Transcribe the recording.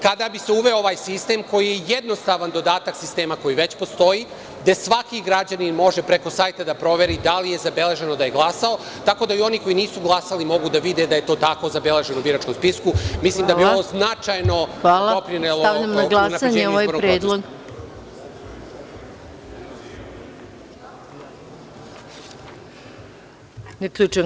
Kada bi se uveo ovaj sistem, koji je jednostavan dodatak sistema koji već postoji, gde svaki građanin može preko sajta da proveri da li je zabeleženo da je glasao, tako da i oni koji nisu glasali mogu da vide da je to tako zabeleženo u biračkom spisku, mislim da bi vrlo značajno doprinelo unapređenju izbornog procesa.